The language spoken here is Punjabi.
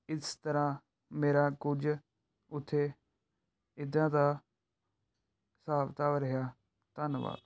ਇਸ ਤਰ੍ਹਾਂ ਮੇਰਾ ਕੁਝ ਉੱਥੇ ਇੱਦਾਂ ਦਾ ਹਿਸਾਬ ਕਿਤਾਬ ਰਿਹਾ ਧੰਨਵਾਦ